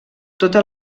tota